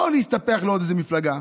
לא להסתפח לעוד איזו מפלגה,